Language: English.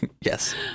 Yes